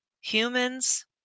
humans